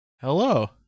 Hello